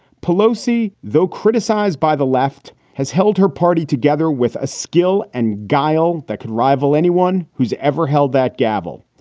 pelosi, though criticized by the left, has held her party together with a skill and guile that could rival anyone who's ever held that gavel.